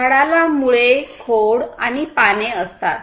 झाडाला मुळे खोड आणि पाने असतात